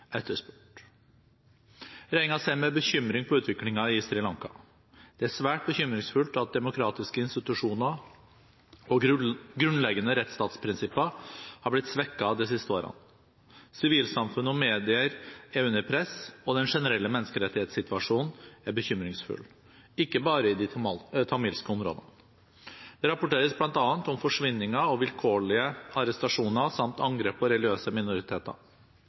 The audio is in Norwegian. etterspurte. Regjeringen ser med bekymring på utviklingen i Sri Lanka. Det er svært bekymringsfullt at demokratiske institusjoner og grunnleggende rettsstatsprinsipper har blitt svekket de siste årene. Sivilsamfunnet og medier er under press, og den generelle menneskerettighetssituasjonen er bekymringsfull – ikke bare i de tamilske områdene. Det rapporteres bl.a. om forsvinninger og vilkårlige arrestasjoner samt angrep på